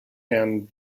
hand